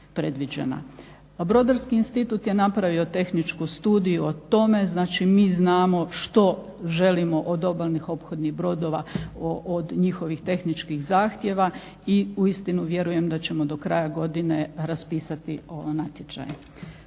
Brodarski institut je napravio tehničku studiju o tome, znači mi znamo što želimo od obalnih ophodnih brodova, od njihovih tehničkih zahtjeva i uistinu vjerujem da ćemo do kraja godine raspisati ove natječaje.